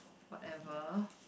whatever